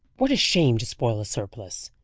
what a shame to spoil a surplice!